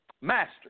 Master